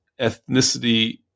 ethnicity